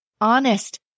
honest